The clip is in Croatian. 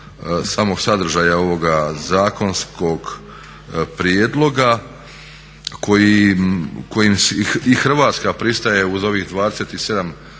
samog sadržaja ovoga zakonskog prijedloga kojim i Hrvatska pristaje uz ovih 27 članica